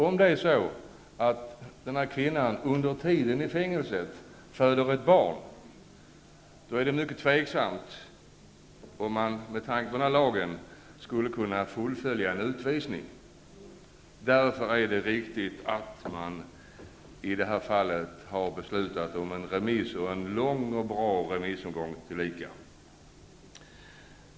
Om den här kvinnan under tiden i fängelset föder ett barn, är det med den föreslagna lagen mycket tveksamt, om det skulle gå att fullfölja en utvisning. Därför är det viktigt att man i det här fallet har beslutat om en remiss, en väl tilltagen remissomgång tillika.